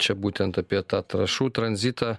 čia būtent apie tą trąšų tranzitą